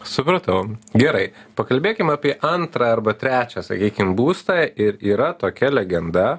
supratau gerai pakalbėkim apie antrą arba trečią sakykim būstą ir yra tokia legenda